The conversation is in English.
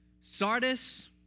Sardis